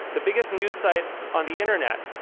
the biggest news site on the internet,